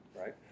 right